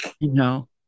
No